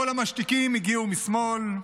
כל המשתיקים הגיעו משמאל.